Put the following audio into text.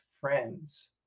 friends